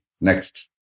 Next